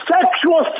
sexual